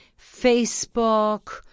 Facebook